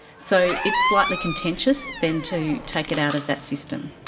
so it's slightly contentious then to take it out of that system.